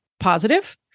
Positive